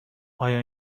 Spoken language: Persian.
آیا